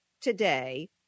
today